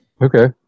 Okay